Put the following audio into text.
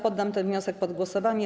Poddam ten wniosek pod głosowanie.